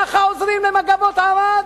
ככה עוזרים ל"מגבות ערד"?